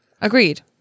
Agreed